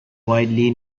widely